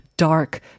dark